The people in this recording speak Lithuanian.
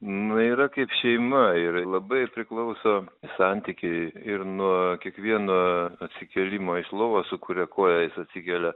nu yra kaip šeima ir labai priklauso santykiai ir nuo kiekvieno atsikėlimo iš lovos su kuria koja jis atsikėlė